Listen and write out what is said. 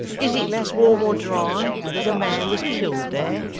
is it less warm or dry, because a man was killed there?